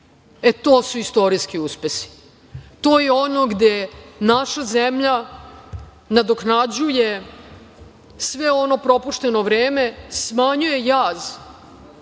To su istorijski uspesi. To je ono gde naša zemlja nadoknađuje sve ono propušteno vreme, smanjuje jaz